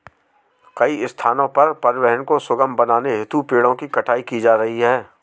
कई स्थानों पर परिवहन को सुगम बनाने हेतु पेड़ों की कटाई की जा रही है